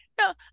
No